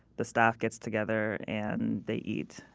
the staff gets together and they eat.